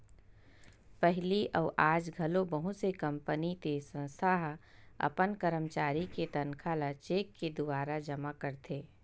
पहिली अउ आज घलो बहुत से कंपनी ते संस्था ह अपन करमचारी के तनखा ल चेक के दुवारा जमा करथे